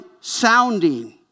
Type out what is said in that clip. sounding